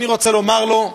אני רוצה לומר לו שאביו,